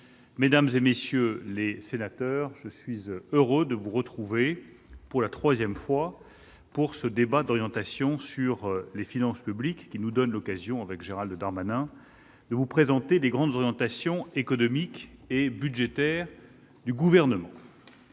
mesdames, messieurs les sénateurs, je suis heureux de vous retrouver- c'est désormais la troisième fois -pour ce débat d'orientation sur les finances publiques, qui nous donne l'occasion, à Gérald Darmanin et moi-même, de présenter les grandes orientations économiques et budgétaires du Gouvernement.